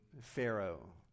Pharaoh